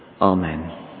Amen